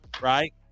right